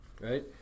right